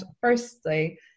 firstly